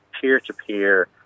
peer-to-peer